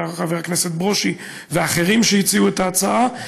חבר הכנסת ברושי ואחרים שהציעו את ההצעה,